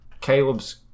Caleb's